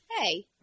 Hey